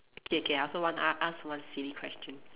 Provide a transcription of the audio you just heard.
K K I also want to a~ ask one silly question